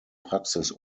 praxis